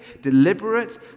deliberate